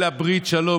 טוב.